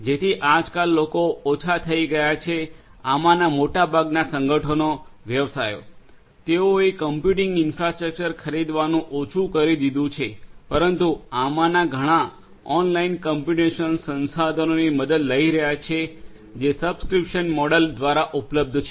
જેથી આજકાલ લોકો ઓછા થઈ ગયા છે આમાંના મોટાભાગના સંગઠનો વ્યવસાયો તેઓએ કમ્પ્યુટિંગ ઇન્ફ્રાસ્ટ્રક્ચર ખરીદવાનું ઓછું કરી દીધું છે પરંતુ આમાંના ઘણાં ઓનલાઇન કમ્પ્યુટેશનલ સંસાધનોની મદદ લઈ રહ્યા છે જે સબ્સ્ક્રિપ્શન મોડલ્સ દ્વારા ઉપલબ્ધ છે